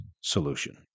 solution